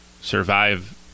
survive